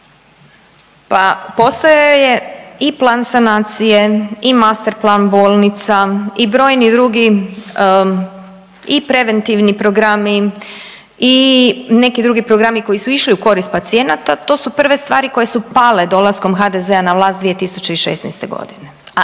Pa postojao je i plan sanacije i master plan bolnica i brojni drugi i preventivni programi i neki drugi programi koji su išli u korist pacijenata, to su prve stvari koje su pale dolaskom HDZ-a na vlast 2016. g.,